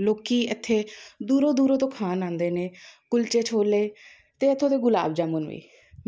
ਲੋਕ ਇੱਥੇ ਦੂਰੋਂ ਦੂਰੋਂ ਤੋਂ ਖਾਣ ਆਉਂਦੇ ਨੇ ਕੁਲਚੇ ਛੋਲੇ ਅਤੇ ਇੱਥੋਂ ਦੇ ਗੁਲਾਬ ਜਾਮੁਣ ਵੀ